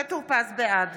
בעד